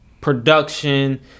production